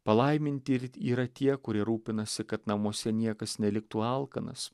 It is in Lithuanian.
palaiminti ir yra tie kurie rūpinasi kad namuose niekas neliktų alkanas